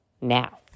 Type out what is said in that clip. now